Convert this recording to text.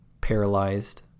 paralyzed